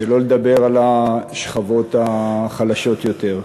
שלא לדבר על השכבות החלשות יותר,